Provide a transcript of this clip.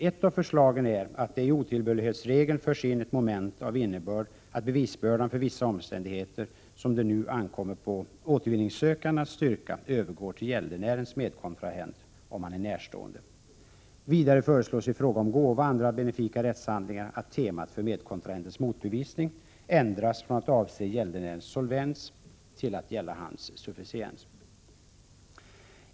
Ett av förslagen är att det i otillbörlighetsregeln införs ett moment av innebörd att bevisbördan för vissa omständigheter, som det nu ankommer på återvinningssökanden att styrka, övergår till gäldenärens medkontrahent om han är närstående. Vidare föreslås i fråga om gåvor och andra benefika rättshandlingar att temat för medkontrahentens motbevisning ändras från att avse gäldenärens solvens till att gälla hans sufficiens.